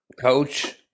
coach